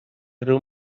riu